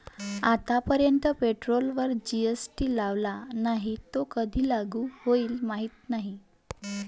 आतापर्यंत पेट्रोलवर जी.एस.टी लावला नाही, तो कधी लागू होईल माहीत नाही